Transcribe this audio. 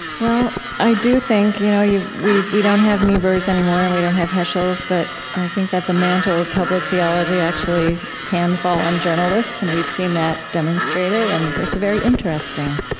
well, i do think you know we we don't have niebuhrs anymore, and we don't have heschels, but i think that the mantle of public theology actually can fall on journalists, and we've seen that demonstrated. and it's very interesting.